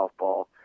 softball